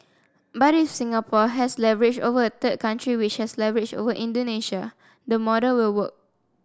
but if Singapore has leverage over a third country which has leverage over Indonesia the model will work